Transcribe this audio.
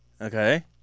Okay